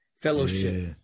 fellowship